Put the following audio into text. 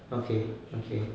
okay okay